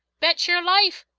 bet yer life!